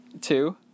two